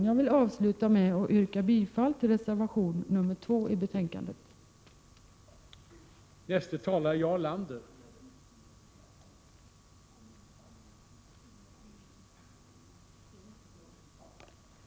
Jag avslutar med att yrka bifall till reservation 2 i trafikutskottets betänkande 24.